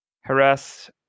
harass